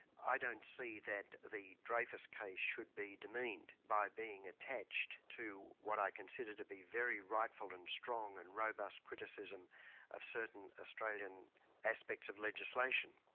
i don't see that the dreyfus case should be demeaned by being attached to what i consider to be very rightful and strong and robust criticism of certain australian aspects of legislation.